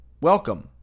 welcome